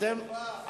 חובה.